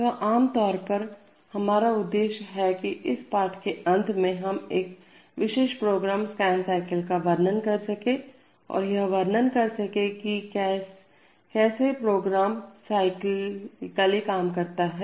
तो आमतौर पर हमारा उद्देश्य है की इस पाठ के अंत में हम एक विशेष प्रोग्राम स्कैन साइकिल का वर्णन कर सके और यह वर्णन कर सके की कैस प्रोग्राम साइक्लिकल काम करता है